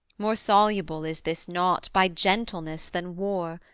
more soluble is this knot, by gentleness than war.